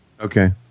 Okay